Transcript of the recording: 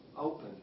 open